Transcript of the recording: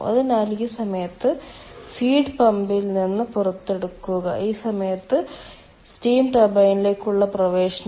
അതിനാൽ ഈ സമയത്ത് ഫീഡ് പമ്പിൽ നിന്ന് പുറത്തുകടക്കുക ഈ സമയത്ത് സ്റ്റീം ടർബൈനിലേക്കുള്ള പ്രവേശനം